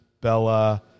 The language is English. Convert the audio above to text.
Bella